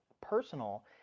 Personal